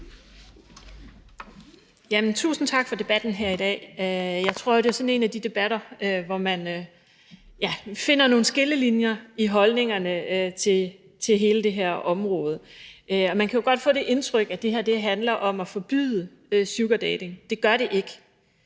Tusind tak for debatten her i dag. Det er jo sådan en af den slags debatter, hvor man finder nogle skillelinjer i holdningerne til hele området. Og man kan jo godt få det indtryk, at det her handler om at forbyde sugardating – det gør det ikke,